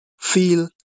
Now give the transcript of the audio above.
feel